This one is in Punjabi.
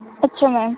ਅੱਛਾ ਮੈਮ